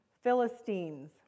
Philistines